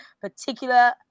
particular